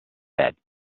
bed